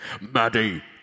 Maddie